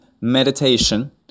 meditation